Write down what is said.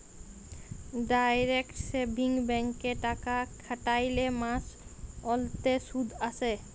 direct savings ব্যাংকে টাকা খ্যাটাইলে মাস অল্তে সুদ আসে